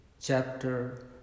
Chapter